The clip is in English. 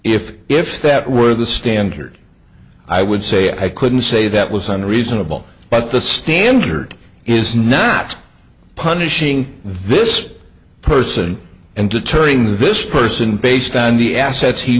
if if that were the standard i would say i couldn't say that was on reasonable but the standard is not punishing this person and deterring this person based on the assets he